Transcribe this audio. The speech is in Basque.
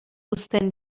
uzten